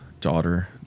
daughter